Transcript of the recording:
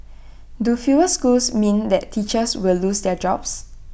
do fewer schools mean that teachers will lose their jobs